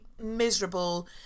miserable